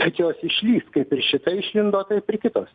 bet jos išlįs kaip ir šita išlindo taip ir kitos